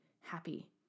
happy